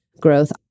growth